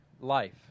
life